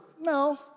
No